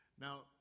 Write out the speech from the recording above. Now